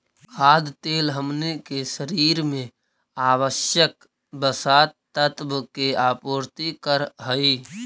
खाद्य तेल हमनी के शरीर में आवश्यक वसा तत्व के आपूर्ति करऽ हइ